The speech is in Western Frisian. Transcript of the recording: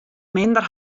minder